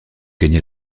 gagner